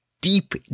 deep